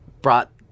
brought